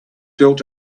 built